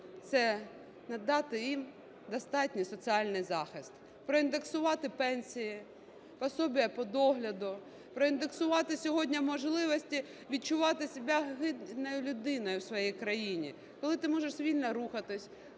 це надати їм достатній соціальний захист, проіндексувати пенсії, пособія по догляду. Проіндексувати сьогодні можливості відчувати себе гідною людиною в своїй країні, коли ти можеш вільно рухатись,